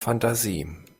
fantasie